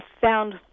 found